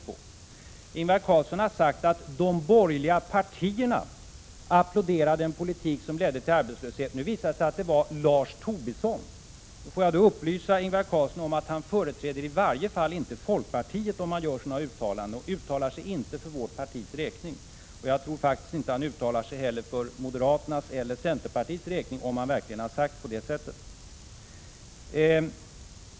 Vidare har Ingvar Carlsson sagt att de borgerliga partierna har applåderat en politik som leder till arbetslöshet. Nu visar det sig att han avsåg Lars Tobisson. Får jag då upplysa Ingvar Carlsson om att Tobisson i varje fall inte företräder folkpartiet om han gör sådana uttalanden, och han uttalar sig inte heller för vårt partis räkning. Jag tror att han faktiskt inte heller uttalar sig för moderaternas eller centerpartiets räkning — om han nu verkligen har sagt så.